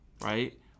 right